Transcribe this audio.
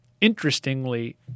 Interestingly